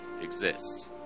exist